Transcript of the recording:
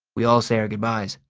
we all say our goodbyes.